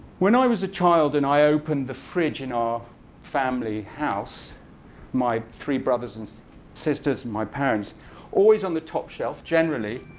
when i was a child, and i opened the fridge in our family house my three brothers and sisters and my parents always on the top shelf, generally,